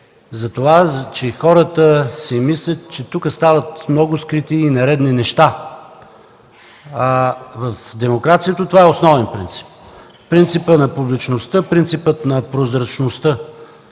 за това, че хората си мислят, че тук стават много скрити и нередни неща. В демокрацията това е основен принцип – принципът на публичността, принципът на прозрачността!